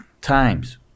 times